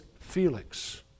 Felix